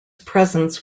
presence